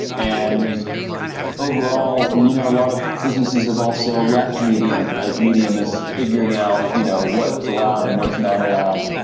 and overall, you know a lot of businesses have also left medium, as medium is figuring out you know what's allowed and what's not allowed.